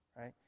Right